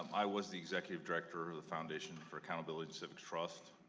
um i was the executive director of the foundation for accountability and trust.